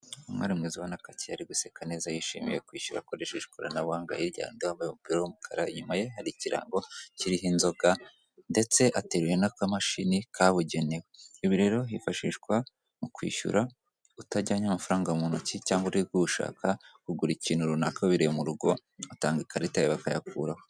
Umwari mwiza ubonako akeye ari guseka neza yishimiye kwishyura akoresheje ikoranabuhanga, hirya hari n'undi wambaye umupira w'umukara, inyuma ye hari ikirango kiriho inzoga, ndetse ateruwe n'akamashini kabugenewe. Ibi rero hifashishwa mu kwishyura utajyanye amafaranga mu ntoki cyangwa uri gushaka kugura ikintu runaka wiberereye mu rugo utanga ikarita yawe bakayakuraho.